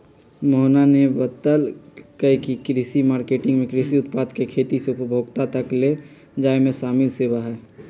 मोहना ने बतल कई की कृषि मार्केटिंग में कृषि उत्पाद के खेत से उपभोक्ता तक ले जाये में शामिल सेवा हई